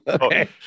okay